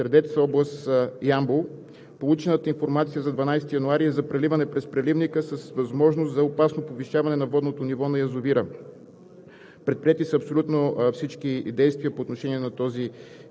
язовир „Зорница“, който е в община Средец, област Ямбол. Получената информация за 12 януари е за преливане през преливника с възможност за опасно повишаване на водното ниво на язовира.